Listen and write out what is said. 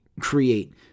create